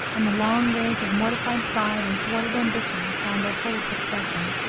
and the long rage of mortified pride and thwarted ambition found their fullest expression.